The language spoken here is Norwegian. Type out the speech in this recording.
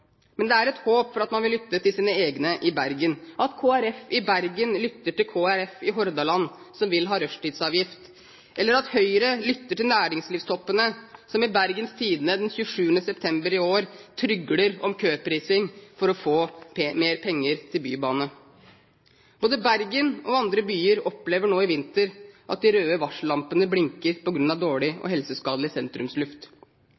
Men det er et håp om at man vil lytte til sine egne i Bergen, at Kristelig Folkeparti i Bergen lytter til Kristelig Folkeparti i Hordaland, som vil ha rushtidsavgift, eller at Høyre lytter til næringslivstoppene som i Bergens Tidende 27. september i år trygler om køprising for å få mer penger til bybane. Både Bergen og andre byer opplever nå i vinter at de røde varsellampene blinker på grunn av dårlig